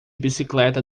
bicicleta